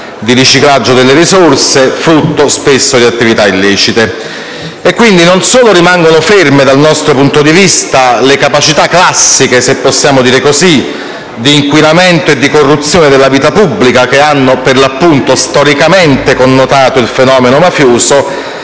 di riciclaggio delle risorse, frutto spesso di attività illecite. Quindi, non solo rimangono ferme dal nostro punto di vista le capacità classiche - per così dire - di inquinamento e di corruzione della vita pubblica, che hanno per l'appunto storicamente connotato il fenomeno mafioso,